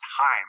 time